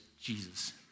Jesus